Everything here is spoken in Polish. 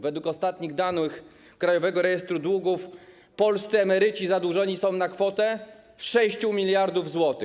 Według ostatnich danych Krajowego Rejestru Długów polscy emeryci zadłużeni są na kwotę 6 mld zł.